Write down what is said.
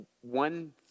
one